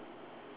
ya